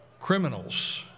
criminals